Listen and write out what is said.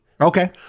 Okay